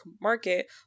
market